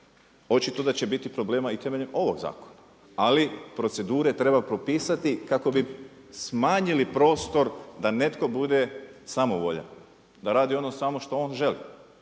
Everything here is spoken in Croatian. očito da će biti problema i temeljem ovog zakona. Ali procedure treba propisati kako bi smanjili prostor da netko bude samovoljan, da radi ono samo što on želi,